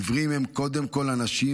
עיוורים הם קודם כול אנשים,